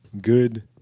good